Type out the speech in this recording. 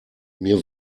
mir